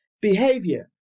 behavior